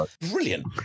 Brilliant